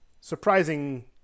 surprising